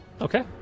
Okay